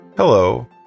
Hello